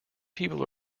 people